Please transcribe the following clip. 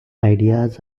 ideas